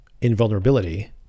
invulnerability